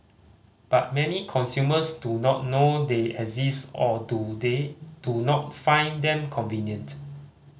but many consumers do not know they exist or do they do not find them convenient